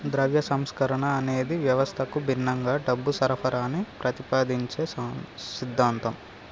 ద్రవ్య సంస్కరణ అనేది వ్యవస్థకు భిన్నంగా డబ్బు సరఫరాని ప్రతిపాదించే సిద్ధాంతం